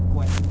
kuat